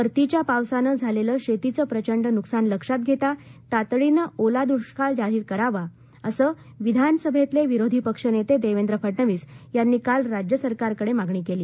परतीच्या पावसानं झालेलं शेतीचं प्रचंड नुकसान लक्षात घेता तातडीनं ओला दुष्काळ जाहीर करावा अशी मागणी विधान सभेतले विरोधी पक्ष नेते देवेंद्र फडणवीस यांनी काल राज्य सरकारकडे केली